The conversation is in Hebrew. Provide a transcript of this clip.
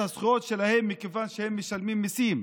הזכויות שלהם מכיוון שהם משלמים מיסים,